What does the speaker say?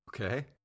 Okay